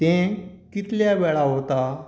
तें कितल्या वेळा वता